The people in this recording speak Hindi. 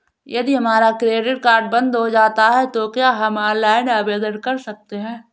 यदि हमारा क्रेडिट कार्ड बंद हो जाता है तो क्या हम ऑनलाइन आवेदन कर सकते हैं?